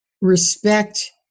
respect